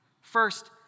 First